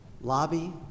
lobby